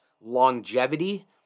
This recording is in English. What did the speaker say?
longevity